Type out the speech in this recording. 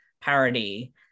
parody